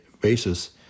basis